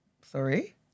sorry